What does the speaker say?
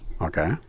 Okay